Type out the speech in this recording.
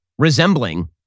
resembling